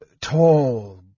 tall